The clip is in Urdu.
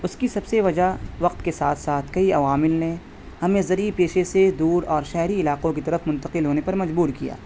اس کی سب سے وجہ وقت کے ساتھ ساتھ کئی عوامل نے ہمیں زرعی پیشے سے دور اور شہری علاقوں کی طرف منتقل ہونے پر مجبور کیا